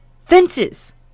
fences